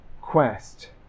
quest